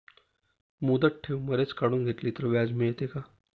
मुदत ठेव मधेच काढून घेतली तर व्याज मिळते का?